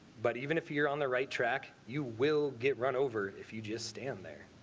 but even if you're on the right track, you will get run over if you just stand there.